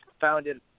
founded